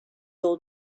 old